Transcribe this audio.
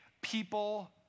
people